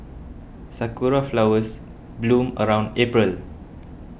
sakura flowers bloom around April